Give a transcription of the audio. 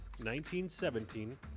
1917